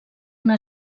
una